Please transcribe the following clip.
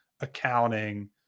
accounting